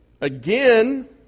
Again